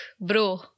bro